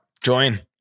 Join